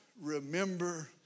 remember